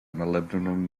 molybdenum